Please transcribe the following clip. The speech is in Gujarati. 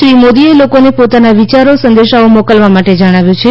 શ્રી મોદીએ લોકોને પોતાનાં વિયારો સંદેશાઓ મોકલવાં માટે જણાવ્યું છે